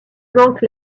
manque